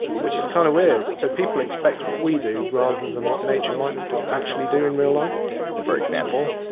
which is kind of weird, so people expect what we do rather than what nature might actually do in real life for example,